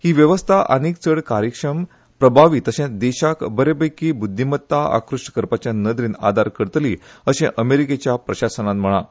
ही व्यवस्था आनिक चड कार्यक्षम प्रभावी तशेच देशाक बरेपैकी ब्रध्दिमत्ता आकृष्ट करपाच्या नदरेन आदार करतली अशे अमेरिकेच्या प्रशासनान म्हळा